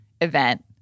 event